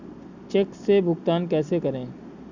Check से भुगतान कैसे करें?